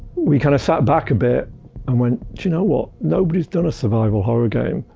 we kind of sat back a bit and went, you know what? nobody's done a survival horror game,